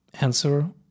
answer